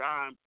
Time